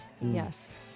Yes